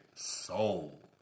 Soul